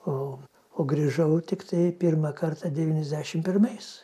o o grįžau tiktai pirmą kartą devyniasdešim pirmais